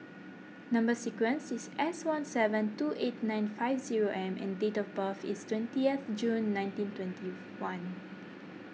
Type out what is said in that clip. Number Sequence is S one seven two eight nine five zero M and date of birth is twentieth June nineteen twenty one